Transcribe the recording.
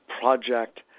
Project